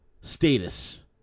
status